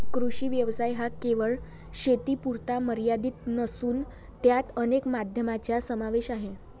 कृषी व्यवसाय हा केवळ शेतीपुरता मर्यादित नसून त्यात अनेक माध्यमांचा समावेश आहे